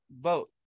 Vote